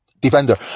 defender